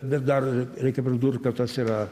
bet dar reikia pridurt kad tas yra